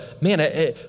man